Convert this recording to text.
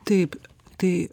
taip tai